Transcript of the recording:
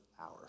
hour